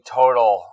total